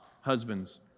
husbands